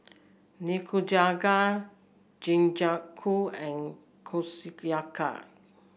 Nikujaga Jingisukan and Kushiyaki